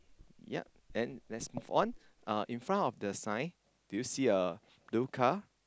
yup then let's move on uh in front of the sign do you see a blue car